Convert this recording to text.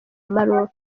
maroc